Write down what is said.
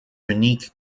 unique